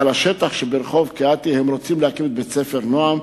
על השטח שברחוב קהתי הם רוצים להקים את בית-הספר "נועם",